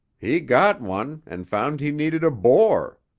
he got one and found he needed a boar.